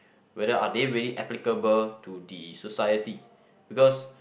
whether are they really applicable to the society because